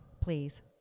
Please